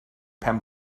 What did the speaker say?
pen